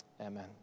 amen